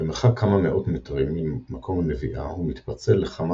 במרחק כמה מאות מטרים ממקום הנביעה הוא מתפצל לכמה